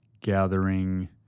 gathering